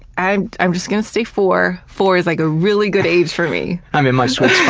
i'm i'm just gonna stay four. four is like a really good age for me. i'm in my sweet